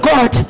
God